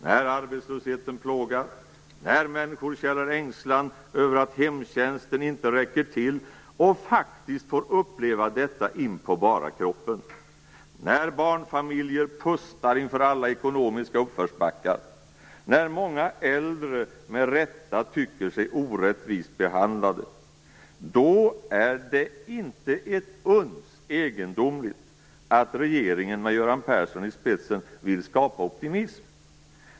När arbetslösheten plågar, när människor känner ängslan över att hemtjänsten inte räcker till och faktiskt får uppleva detta inpå bara kroppen, när barnfamiljer pustar inför alla ekonomiska uppförsbackar, när många äldre med rätta tycker sig orättvist behandlade, då är det inte ett uns egendomligt att regeringen med Göran Persson i spetsen vill skapa optimism.